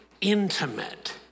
intimate